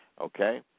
Okay